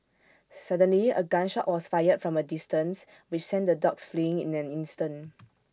suddenly A gun shot was fired from A distance which sent the dogs fleeing in an instant